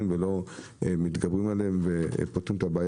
ולא מתגברים על הבעיה ופותרים אותה.